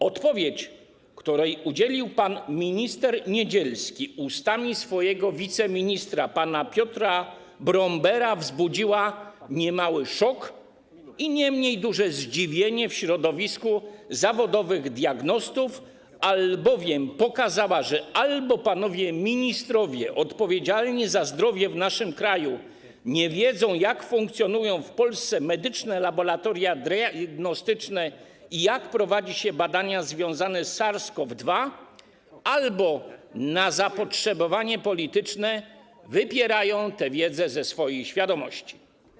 Odpowiedź, której udzielił pan minister Niedzielski ustami swojego wiceministra pana Piotra Brombera, wzbudziła niemały szok i niemniej duże zdziwienie w środowisku zawodowych diagnostów, albowiem pokazała, że albo panowie ministrowie odpowiedzialni za zdrowie w naszym kraju nie wiedzą, jak funkcjonują w Polsce medyczne laboratoria diagnostyczne i jak prowadzi się badania związane z SARS-CoV-2, albo w związku z zapotrzebowaniem politycznym wypierają tę wiedzę ze swojej świadomości.